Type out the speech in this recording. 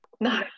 no